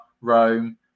Rome